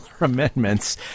amendments